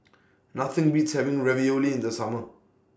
Nothing Beats having Ravioli in The Summer